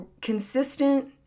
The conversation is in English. consistent